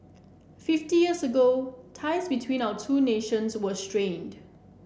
fifty years ago ties between our two nations were strained